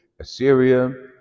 Assyria